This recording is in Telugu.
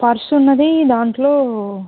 పర్స్ ఉన్నది దాంట్లో